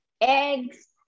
eggs